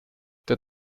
der